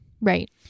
Right